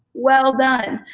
well done.